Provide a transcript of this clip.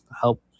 help